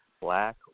black